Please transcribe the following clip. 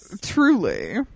Truly